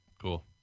Cool